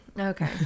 okay